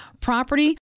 property